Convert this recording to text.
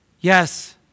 Yes